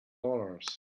dollars